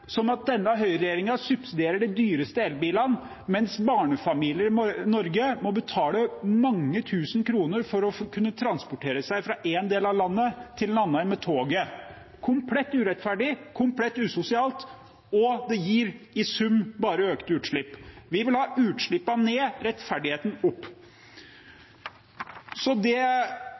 som at denne høyreregjeringen subsidierer de dyreste elbilene, mens barnefamilier i Norge må betale mange tusen kroner for å kunne transportere seg fra én del av landet til en annen med toget. Det er komplett urettferdig, det er komplett usosialt, og det gir i sum bare økte utslipp. Vi vil ha utslippene ned og rettferdigheten opp. Så det